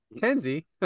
Kenzie